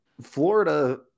Florida